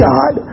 God